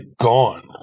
gone